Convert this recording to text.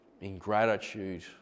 ingratitude